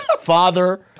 Father